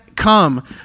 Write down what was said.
come